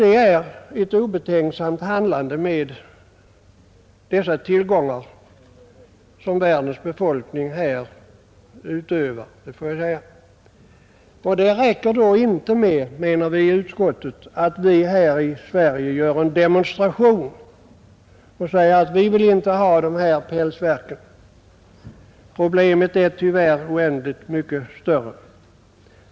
Det är ett obetänksamt handlande med dessa tillgångar som världens befolkning här ägnar sig åt. Det räcker då inte, menar utskottet, med att vi i Sverige gör en demonstration och säger att vi inte vi vill ha dessa pälsverk. Problemet är tyvärr oändligt mycket större.